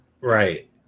right